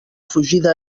fugida